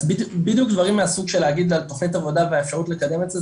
אז בדיוק דברים מהסוג של להגיד על תכנית עבודה והאפשרות לקדם את זה,